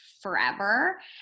forever